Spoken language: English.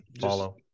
follow